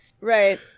Right